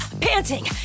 panting